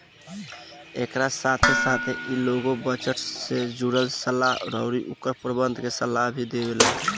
एकरा साथे साथे इ लोग बजट से जुड़ल सलाह अउरी ओकर प्रबंधन के सलाह भी देवेलेन